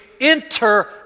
enter